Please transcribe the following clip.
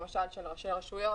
למשל של ראשי הרשויות,